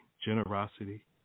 generosity